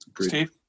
Steve